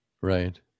Right